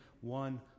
one